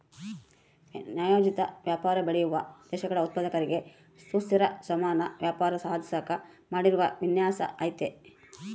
ನ್ಯಾಯೋಚಿತ ವ್ಯಾಪಾರ ಬೆಳೆಯುವ ದೇಶಗಳ ಉತ್ಪಾದಕರಿಗೆ ಸುಸ್ಥಿರ ಸಮಾನ ವ್ಯಾಪಾರ ಸಾಧಿಸಾಕ ಮಾಡಿರೋ ವಿನ್ಯಾಸ ಐತೆ